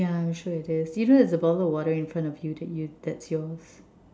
yeah I'm sure it is even if it's a bottle of water in front of you that you that's yours